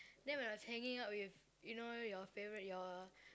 then when I was hanging out with you know your favourite your